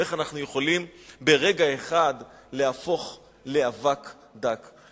איך אנחנו יכולים ברגע אחד להפוך לאבק דק.